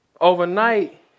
overnight